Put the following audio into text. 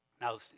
Now